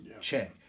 check